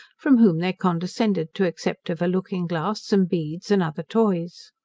from whom they condescended to accept of a looking glass, some beads, and other toys.